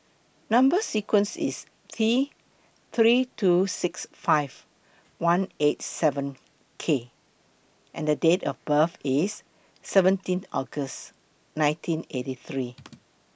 Number sequence IS T three two six five one eight seven K and Date of birth IS seventeen August nineteen eighty three